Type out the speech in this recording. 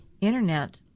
Internet